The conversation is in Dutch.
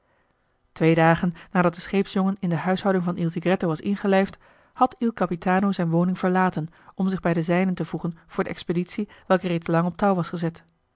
twee dagen nadat de scheepsjongen in de huishouding van il tigretto was ingelijfd had il capitano zijn woning verlaten om zich bij de zijnen te voegen voor de expeditie welke reeds lang op touw was gezet